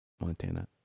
Montana